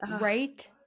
right